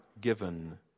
given